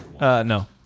No